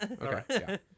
okay